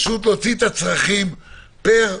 להוציא את הצרכים פר,